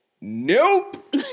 Nope